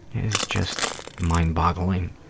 is just mind-boggling,